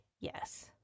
yes